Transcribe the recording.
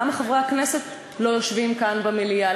למה חברי הכנסת לא יושבים כאן במליאה?